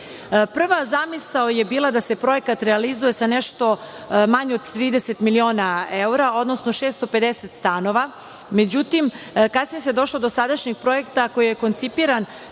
zamisao je bila da se projekat realizuje sa nešto manje od 30 miliona evra, odnosno 650 stanova, međutim kasnije se došlo do sadašnjeg projekta koji je koncipiran